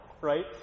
right